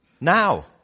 now